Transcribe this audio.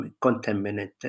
contaminated